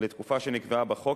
לתקופה שנקבעה בחוק,